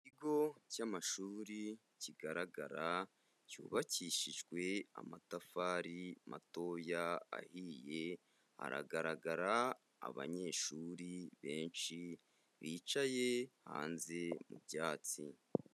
Ikigo cy'amashuri kigaragara cyubakishijwe amatafari matoya ahiye, haragaragara abanyeshuri benshi bicaye hanze mu byatsi.